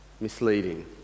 misleading